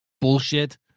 bullshit